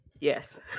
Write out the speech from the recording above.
Yes